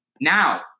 now